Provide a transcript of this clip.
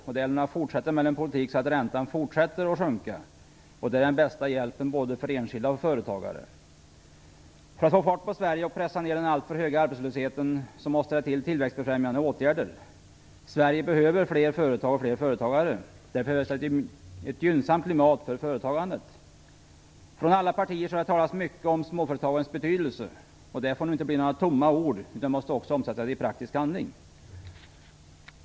Det gäller nu att fortsätta med en politik som gör att räntan fortsätter att sjunka. Det är den bästa hjälpen för både enskilda och företagare. För att få fart på Sverige och pressa ner den alltför höga arbetslösheten måste det till tillväxtbefrämjande åtgärder. Sverige behöver fler företag och fler företagare. Därför behövs ett gynnsam klimat för företagande. Från alla partier har det talats mycket om småföretagens betydelse. Detta får nu inte bli tomma ord, utan måste omsättas i praktisk handling.